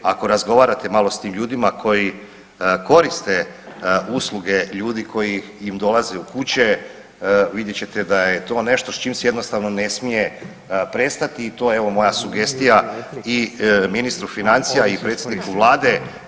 Ako razgovarate malo sa tim ljudima koji koriste usluge ljudi koji im dolaze u kuće vidjet ćete da je to nešto s čim se jednostavno ne smije prestati i to je evo moja sugestija i ministru financija i predsjedniku Vlade.